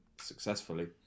successfully